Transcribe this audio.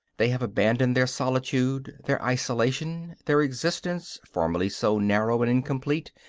they have abandoned their solitude, their isolation their existence, formerly so narrow and incomplete,